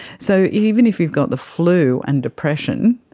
so even if you've got the flu and depression,